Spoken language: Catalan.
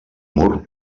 mur